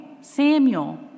Samuel